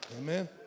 Amen